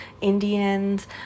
Indians